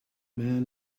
man